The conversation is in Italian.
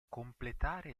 completare